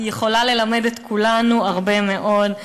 היא יכולה ללמד את כולנו הרבה מאוד,